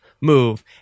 move